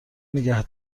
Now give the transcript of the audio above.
نگه